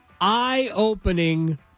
eye-opening